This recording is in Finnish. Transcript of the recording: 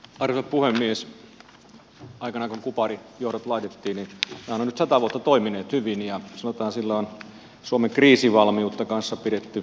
kuparijohdot jotka aikanaan laitettiin ovat nyt sata vuotta toimineet hyvin ja sillä on sanotaan suomen kriisivalmiutta kanssa pidetty hyvin yllä